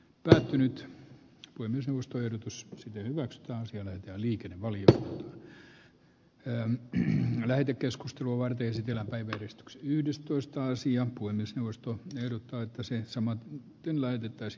mikä nyt tuemme suostu ehdotus hyväksytään se kanditutkinto on keskellä kristksi yhdestoista sija kuin myös neuvosto tiedottaakseen saman tien lähetettäisi